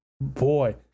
Boy